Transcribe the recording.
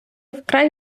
вкрай